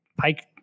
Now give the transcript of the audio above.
pike